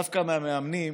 דווקא מהמאמנים